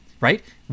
right